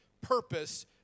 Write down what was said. purpose